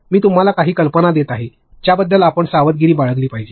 मी तुम्हाला काही कल्पना देत आहे ज्याबद्दल आपण सावधगिरी बाळगली पाहिजे